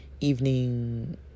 evening